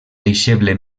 deixeble